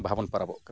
ᱵᱟᱦᱟ ᱵᱚᱱ ᱯᱚᱨᱚᱵᱚᱜ ᱠᱟᱱᱟ